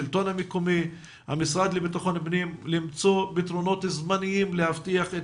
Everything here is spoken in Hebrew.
השלטון המקומי והמשרד לבט"פ למצוא פתרונות זמניים להבטיח את